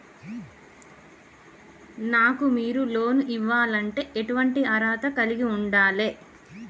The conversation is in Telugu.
నాకు మీరు లోన్ ఇవ్వాలంటే ఎటువంటి అర్హత కలిగి వుండాలే?